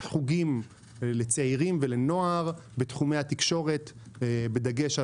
לחוגים לצעירים ולנוער בתחום התקשורת בדגש על